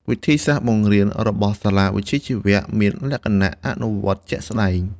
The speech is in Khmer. ដោយសិស្សបានចំណាយពេលច្រើននៅក្នុងមន្ទីរពិសោធន៍ ឬសិក្ខាសាលាដើម្បីអនុវត្តនូវអ្វីដែលពួកគេបានរៀនពីទ្រឹស្តី។